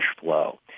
flow